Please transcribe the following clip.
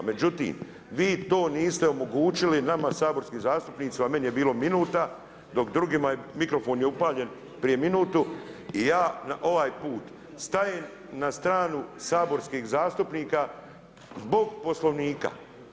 Međutim, vi to niste omogućili nama saborskim zastupnicima, meni je bilo minuta, dok drugima mikrofon je upaljen prije minutu i ja ovaj put stajem na stranu saborskih zastupnika zbog Poslovnika.